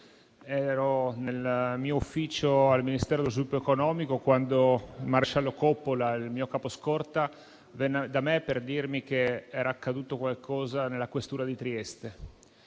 ero nel mio ufficio al Ministero dello sviluppo economico quando il maresciallo Coppola, il mio capo scorta, venne da me per dirmi che era accaduto qualcosa nella questura di Trieste.